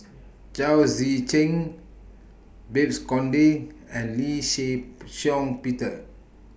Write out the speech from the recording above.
Chao Tzee Cheng Babes Conde and Lee Shih Shiong Peter